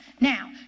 Now